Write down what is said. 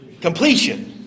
Completion